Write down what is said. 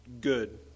good